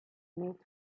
met